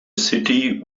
city